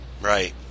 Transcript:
right